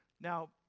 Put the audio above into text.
Now